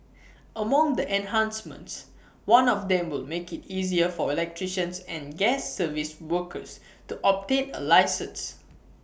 among the enhancements one of them would make IT easier for electricians and gas service workers to obtain A licence